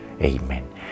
Amen